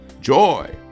joy